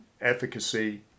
efficacy